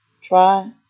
try